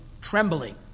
trembling